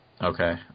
Okay